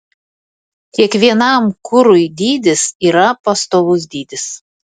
kiekvienam kurui dydis yra pastovus dydis